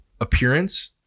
appearance